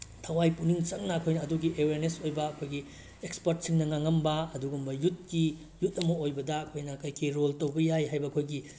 ꯊꯋꯥꯏ ꯄꯨꯛꯅꯤꯡ ꯆꯪꯅ ꯑꯩꯈꯣꯏꯅ ꯑꯗꯨꯒꯤ ꯑꯦꯋꯦꯔꯅꯦꯁ ꯑꯣꯏꯕ ꯑꯩꯈꯣꯏꯒꯤ ꯑꯦꯛꯁꯄꯔꯠꯁꯤꯡꯅ ꯉꯥꯡꯉꯝꯕ ꯑꯗꯨꯒꯨꯝꯕ ꯌꯨꯠꯀꯤ ꯌꯨꯠ ꯑꯃ ꯑꯣꯏꯕꯗ ꯑꯩꯈꯣꯏꯅ ꯀꯩ ꯀꯩ ꯔꯣꯜ ꯇꯧꯕ ꯌꯥꯏ ꯍꯥꯏꯕ ꯑꯩꯈꯣꯏꯒꯤ